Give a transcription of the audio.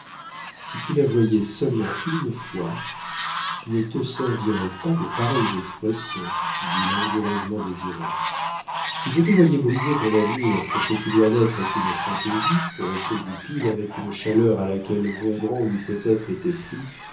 si tu la voyais seulement une fois tu ne te servirais pas de pareilles expressions dit langoureusement désiré si je te voyais briser ton avenir pour ce qui doit n'être qu'une fantaisie reprit goupil avec une chaleur à laquelle bongrand eût peut-être été pris